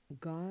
God